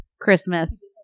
Christmas